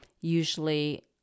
usually